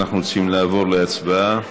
אנחנו צריכים לעבר להצבעה,